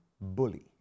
bully